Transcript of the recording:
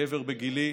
גבר בגילי,